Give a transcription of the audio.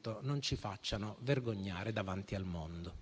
da non farci vergognare davanti al mondo.